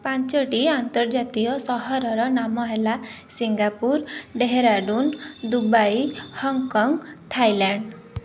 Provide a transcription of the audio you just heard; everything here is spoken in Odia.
ପାଞ୍ଚୋଟି ଆନ୍ତର୍ଜାତିୟ ସହରର ନାମ ହେଲା Singapore Dehradun Dubai Hong Kong Thailand